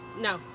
No